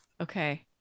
okay